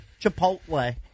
Chipotle